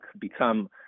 become